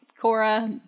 Cora